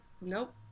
Nope